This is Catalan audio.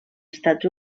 estats